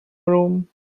broom